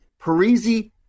Parisi